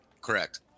Correct